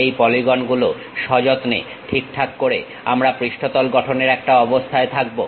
এই পলিগন গুলো সযত্নে ঠিকঠাক করে আমরা পৃষ্ঠতল গঠনের একটা অবস্থায় থাকবো